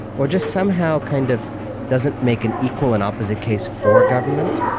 or just somehow kind of doesn't make an equal and opposite case for government,